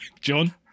John